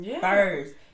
first